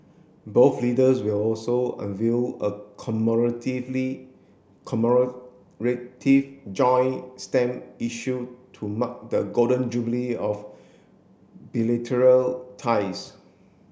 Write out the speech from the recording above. both leaders will also unveil a commemorative joint stamp issue to mark the Golden Jubilee of ties